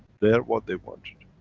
their what they wanted.